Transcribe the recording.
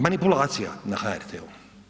Manipulacija na HRT-u.